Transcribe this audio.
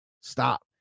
stop